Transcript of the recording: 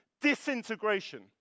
disintegration